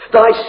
Thy